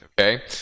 okay